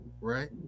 right